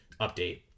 update